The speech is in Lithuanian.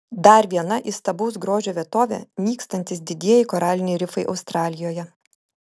dar viena įstabaus grožio vietovė nykstantys didieji koraliniai rifai australijoje